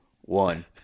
one